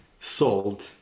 sold